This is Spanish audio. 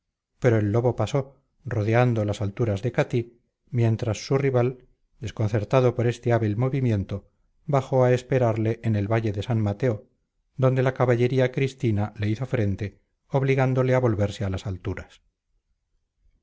pero el lobo pasó rodeando las alturas de catí mientras su rival desconcertado por este hábil movimiento bajó a esperarle en el valle de san mateo donde la caballería cristina le hizo frente obligándole a volverse a las alturas